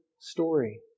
story